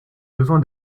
besoin